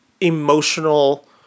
emotional